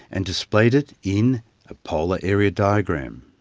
and displayed it in a polar area diagram.